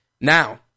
Now